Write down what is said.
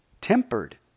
tempered